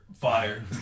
fire